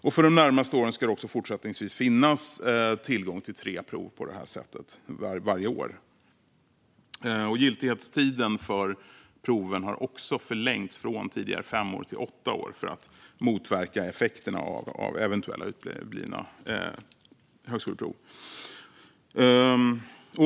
Och för de närmaste åren ska det också fortsättningsvis finnas tillgång till tre prov varje år. Giltighetstiden för proven har också förlängts från tidigare fem år till åtta år, för att motverka effekten av eventuella uteblivna högskoleprov.